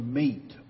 meet